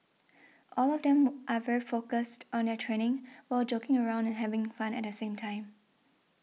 all of them more are very focused on their training while joking around and having fun at the same time